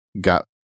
got